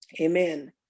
amen